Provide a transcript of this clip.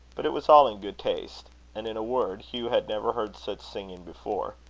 but it was all in good taste and, in a word, hugh had never heard such singing before.